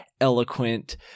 eloquent